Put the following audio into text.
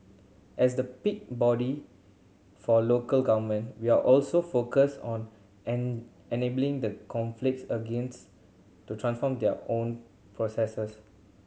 as the peak body for local government we're also focused on an enabling the conflict against to transform their own processes